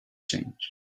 change